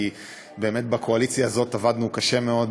כי באמת בקואליציה הזאת עבדנו קשה מאוד